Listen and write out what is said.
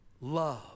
Love